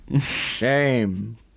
Shame